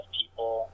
people